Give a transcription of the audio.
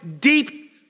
deep